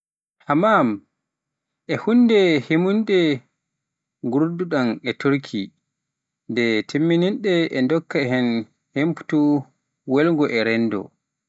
Hamaam en huunde himmunde e nguurndam Turki e nder teeminanɗe, e ndokka heen humpito welngo e renndo.